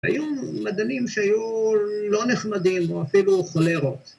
‫היו מדענים שהיו לא נחמדים ‫או אפילו חולרות.